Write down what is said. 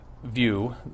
view